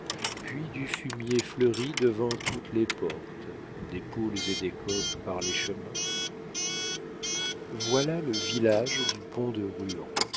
puis du fumier fleuri devant toutes les portes des poules et des coqs par les chemins voilà le village du pont de ruan